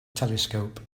telescope